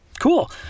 cool